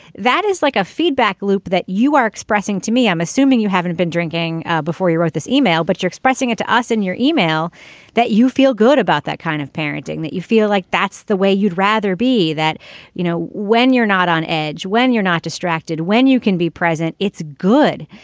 that is like a feedback loop that you are expressing to me i'm assuming you haven't been drinking before you wrote this email but you're expressing it to us in your email that you feel good about that kind of parenting that you feel like that's the way you'd rather be that you know when you're not on edge when you're not distracted when you can be present. it's good.